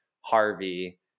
Harvey